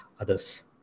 others